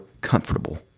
comfortable